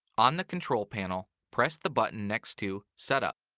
on the control panel, press the button next to setup.